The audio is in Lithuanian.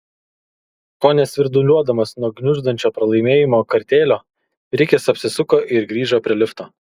kone svirduliuodamas nuo gniuždančio pralaimėjimo kartėlio rikis apsisuko ir grįžo prie lifto